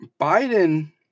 Biden